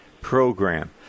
program